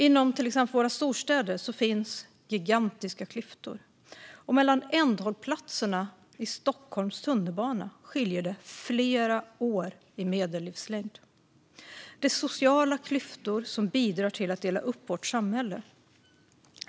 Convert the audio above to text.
Inom till exempel våra storstäder finns det gigantiska klyftor, och mellan ändhållplatserna i Stockholms tunnelbana skiljer det flera år i medellivslängd. Det är sociala klyftor som bidrar till att dela upp vårt samhälle.